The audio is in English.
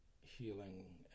healing